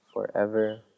forever